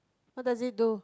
what does it do